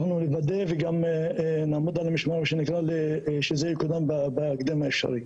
אנחנו נוודא וגם נעמוד על המשמר שזה יקודם בהקדם האפשרי.